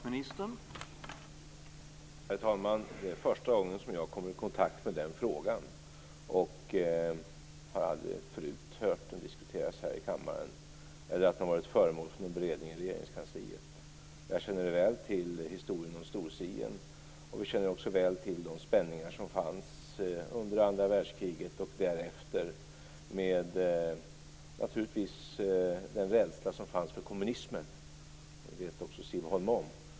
Herr talman! Det är första gången som jag kommer i kontakt med den frågan. Jag har aldrig förut hört den diskuteras här i kammaren eller att den har varit föremål för beredning i Regeringskansliet. Jag känner väl till historien om Storsien och också de spänningar som fanns under andra världskriget och därefter, naturligtvis med den rädsla som fanns för kommunismen. Det vet också Siv Holma.